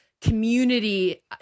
community